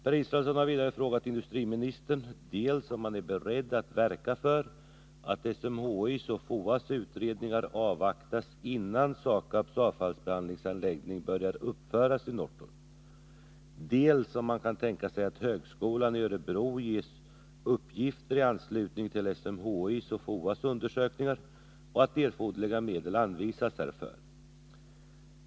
Per Israelsson har vidare frågat industriministern dels om han är beredd att verka för att SMHI:s och FOA:s utredningar avvaktas innan SAKAB:s avfallsbehandlingsanläggning börjar uppföras i Norrtorp, dels om han kan tänka sig att högskolan i Örebro ges uppgifter i anslutning till SMHI:s och FOA:s undersökningar och att erforderliga medel anvisas härför.